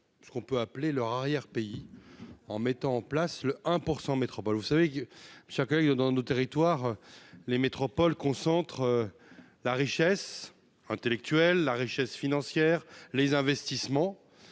ce qu'on peut appeler leur arrière- pays en mettant en place le 1 % métropoles, vous savez que chacun dans nos territoires, les métropoles concentrent la richesse intellectuelle, la richesse financière, les investissements